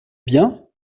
bien